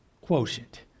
quotient